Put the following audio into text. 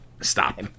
Stop